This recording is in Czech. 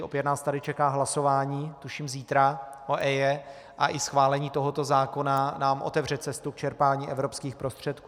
Opět nás tady čeká hlasování, tuším zítra, o EIA, a i schválení tohoto zákona nám otevře cestu k čerpání evropských prostředků.